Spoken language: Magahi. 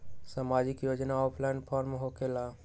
समाजिक योजना ऑफलाइन फॉर्म होकेला?